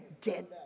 dead